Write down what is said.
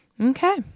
Okay